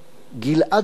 גלעד חי,